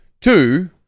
Two